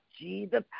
Jesus